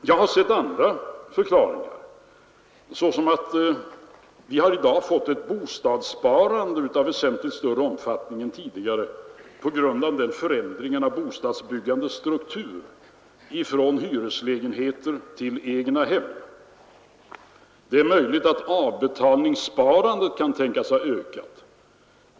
Jag har sett andra förklaringar, såsom den att vi nu har ett bostadssparande av väsentligt större omfattning än tidigare på grund av förändringen i bostadsbyggandets struktur från hyreslägenheter till egna hem. — Det är möjligt att avbetalningssparandet kan tänkas ha ökat.